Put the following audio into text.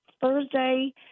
Thursday